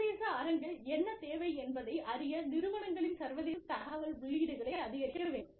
சர்வதேச அரங்கில் என்ன தேவை என்பதை அறிய நிறுவனங்களின் சர்வதேச தகவல் உள்ளீடுகளை அதிகரிக்க வேண்டும்